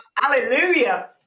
Hallelujah